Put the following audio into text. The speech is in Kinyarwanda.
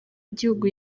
gihugu